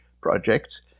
projects